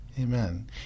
Amen